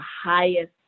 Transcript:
highest